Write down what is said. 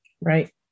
Right